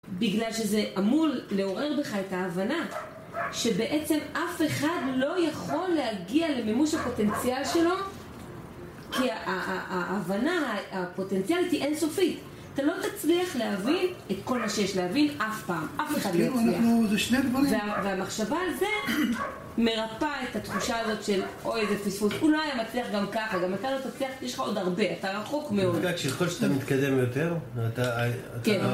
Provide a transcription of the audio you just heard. בגלל שזה אמור לעורר בך את ההבנה שבעצם אף אחד לא יכול להגיע למימוש הפוטנציאל שלו כי ההבנה הפוטנציאלית היא אינסופית אתה לא תצליח להבין את כל מה שיש להבין אף פעם, אף אחד לא יצליח והמחשבה על זה מרפאה את התחושה הזאת של אוי זה פספוס, אולי אני מצליח גם ככה גם אם אתה לא תצליח יש לך עוד הרבה אתה רחוק מאוד כך שיכול שאתה מתקדם יותר